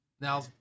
Now